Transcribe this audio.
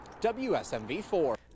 WSMV4